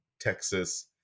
Texas